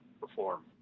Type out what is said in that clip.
perform